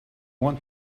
want